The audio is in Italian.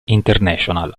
international